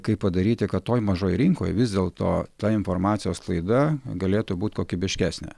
kaip padaryti kad toj mažoj rinkoj vis dėl to ta informacijos sklaida galėtų būt kokybiškesnė